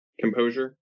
composure